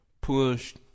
Push